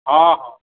ହଁ ହଁ